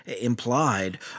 implied